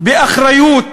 באחריות,